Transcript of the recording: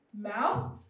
mouth